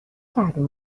کردیم